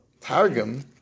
Targum